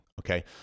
Okay